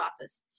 office